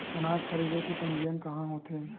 अनाज खरीदे के पंजीयन कहां होथे?